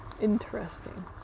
Interesting